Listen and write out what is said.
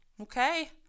Okay